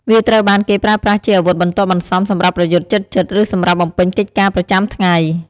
វាត្រូវបានគេប្រើប្រាស់ជាអាវុធបន្ទាប់បន្សំសម្រាប់ប្រយុទ្ធជិតៗ ឬសម្រាប់បំពេញកិច្ចការប្រចាំថ្ងៃ។